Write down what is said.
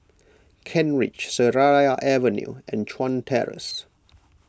Kent Ridge Seraya Avenue and Chuan Terrace